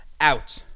out